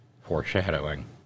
foreshadowing